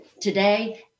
today